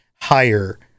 higher